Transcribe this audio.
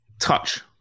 touch